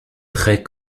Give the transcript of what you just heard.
très